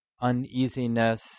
uneasiness